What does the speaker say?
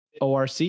ORC